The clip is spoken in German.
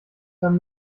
dann